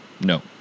No